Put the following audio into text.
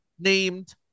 named